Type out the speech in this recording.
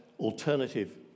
alternative